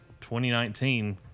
2019